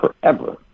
forever